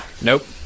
Nope